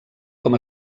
com